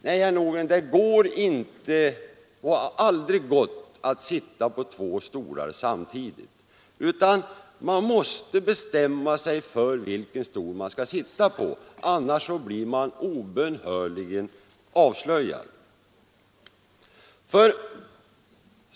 Nej, herr Nordgren, det går inte och har aldrig gått att sitta på två stolar samtidigt, utan man måste bestämma sig för vilken stol man skall sitta på, annars blir man obönhörligen avslöjad!